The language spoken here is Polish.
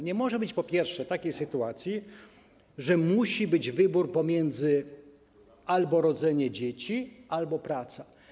Nie może być, po pierwsze, takiej sytuacji, że musi być wybór: albo rodzenie dzieci, albo praca.